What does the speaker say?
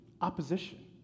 opposition